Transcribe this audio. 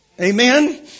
Amen